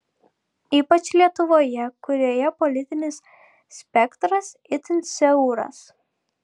ypač lietuvoje kurioje politinis spektras itin siauras